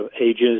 ages